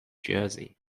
jersey